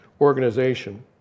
organization